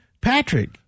Patrick